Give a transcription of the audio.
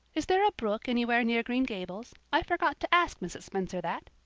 is there a brook anywhere near green gables? i forgot to ask mrs. spencer that.